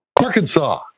Arkansas